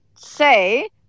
say